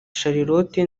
charlotte